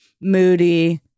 moody